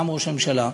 גם ראש הממשלה,